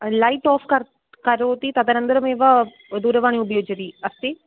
light आफ़् कर् करोति तदनन्तरमेव दूरवाणीम् उपयुज्यति अस्ति